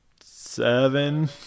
seven